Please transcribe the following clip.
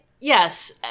yes